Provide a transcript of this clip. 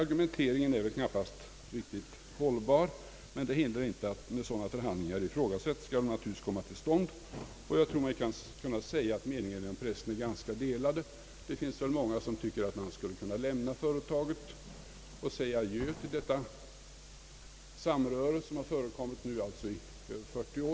Argumenteringen är väl knappast hållbar, men det hindrar inte att om sådana förhandlingar ifrågasätts så skall de naturligtvis komma till stånd. Jag tror mig kunna säga att meningarna inom pressen är ganska delade. Det finns väl många som tycker att man skulle kunna lämna företaget och säga adjö till det samröre som har förekommit nu i över 40 år.